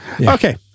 Okay